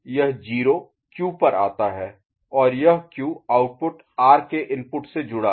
यह 0 क्यू पर आता है और यह Q आउटपुट R के इनपुट से जुड़ा है